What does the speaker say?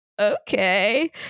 Okay